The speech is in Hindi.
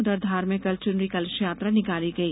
उधर धार में कल चुनरी कलशयात्रा निकाली गई